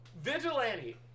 Vigilante